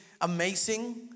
amazing